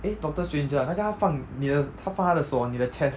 eh doctor stranger ah 那个他放你的他放他的手 on 你的 chest